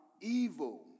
evil